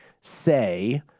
say